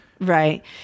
Right